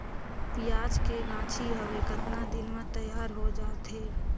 पियाज के गाछी हवे कतना दिन म तैयार हों जा थे?